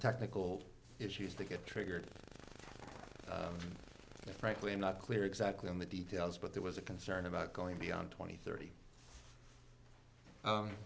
technical issues that get triggered and frankly i'm not clear exactly on the details but there was a concern about going beyond twenty thirty